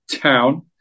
Town